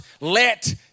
let